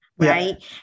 Right